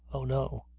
oh no!